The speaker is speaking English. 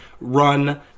run